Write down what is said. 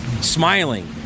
smiling